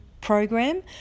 program